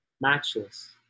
matchless